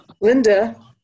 Linda